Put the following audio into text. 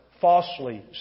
falsely